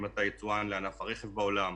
אם אתה יצואן לענף הרכב בעולם,